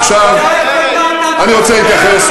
עכשיו אני רוצה להתייחס,